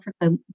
Africa